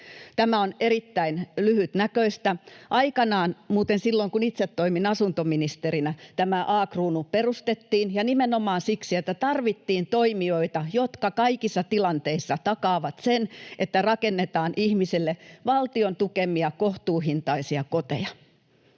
Tämä on erittäin lyhytnäköistä. Aikanaan, muuten silloin kun itse toimin asuntoministerinä, tämä A-Kruunu perustettiin ja nimenomaan siksi, että tarvittiin toimijoita, jotka kaikissa tilanteissa takaavat sen, että rakennetaan ihmisille valtion tukemia kohtuuhintaisia koteja.